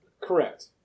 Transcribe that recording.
Correct